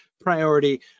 priority